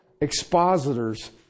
expositors